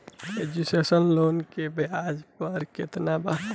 Education loan के ब्याज दर केतना बा?